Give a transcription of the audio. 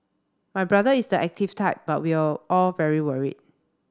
my brother is the active type but we are all very worried